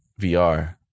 VR